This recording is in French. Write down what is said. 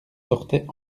sortaient